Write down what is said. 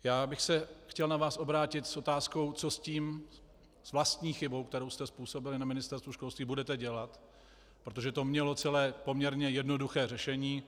Já bych se chtěl na vás obrátit s otázkou, co s vlastní chybou, kterou jste způsobili na Ministerstvu školství, budete dělat, protože to mělo celé poměrně jednoduché řešení.